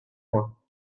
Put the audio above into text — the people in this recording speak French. moi